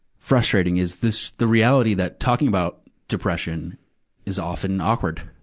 frustrating is this, the reality that talking about depression is often awkward.